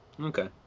Okay